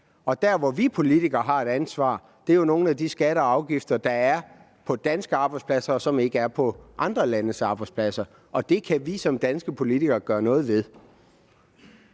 Og der, hvor vi politikere har et ansvar, er med hensyn til nogle af de skatter og afgifter, der er på danske arbejdspladser, og som ikke er på andre landes arbejdspladser. Og det kan vi som danske politikere gøre noget ved.